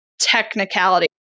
technicality